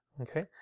Okay